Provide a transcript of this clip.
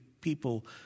people